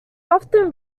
often